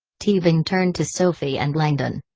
teabing turned to sophie and langdon.